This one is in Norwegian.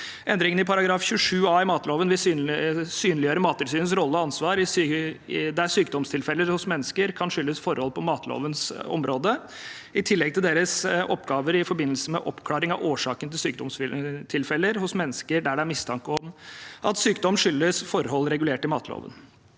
Endringene i § 27 a i matloven vil synliggjøre Mattilsynets rolle og ansvar der sykdomstilfeller hos mennesker kan skyldes forhold på matlovens område, i tillegg til deres oppgaver i forbindelse med oppklaring av årsaken til sykdomstilfeller hos mennesker der det er mistanke om at sykdom skyldes forhold regulert i matloven.